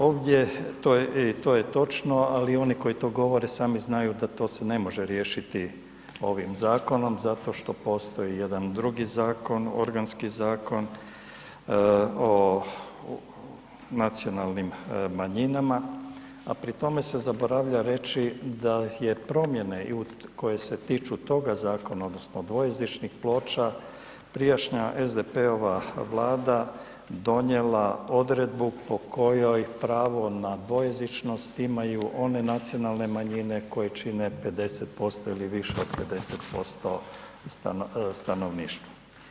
Ovdje to, i to je točno, ali oni koji to govore sami znaju da to se ne može riješiti ovim zakonom zato što postoji jedan drugi zakon, organski Zakon o nacionalnim manjinama, a pri tome se zaboravlja reći da je promjene koje se tiču toga zakona odnosno dvojezičnih ploča, prijašnja SDP-ova Vlada donijela odredbu po kojoj pravo na dvojezičnost imaju one nacionalne manjine koje čine 50% ili više od 50% stanovništva.